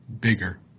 bigger